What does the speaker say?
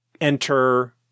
enter